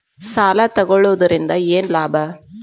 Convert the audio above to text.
ಸಾಲ ತಗೊಳ್ಳುವುದರಿಂದ ಏನ್ ಲಾಭ?